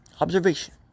Observation